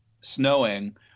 snowing